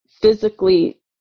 physically